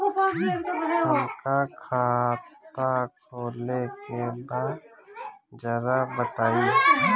हमका खाता खोले के बा जरा बताई?